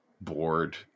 bored